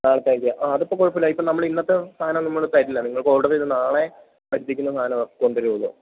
അടുത്തയാഴ്ച ആ അതിപ്പോള് കുഴപ്പമില്ല ഇപ്പം നമ്മള് ഇന്നത്തെ സാധനം നമ്മള് തരില്ല നിങ്ങൾക്ക് ഓഡര് ചെയ്ത് നാളെ വരുത്തിക്കുന്ന സാധനമേ കൊണ്ടുവരികയുള്ളൂ